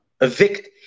evict